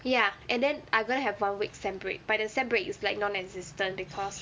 ya and then I'm gonna have one week sem break but the sem break is like non existent because